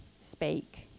speak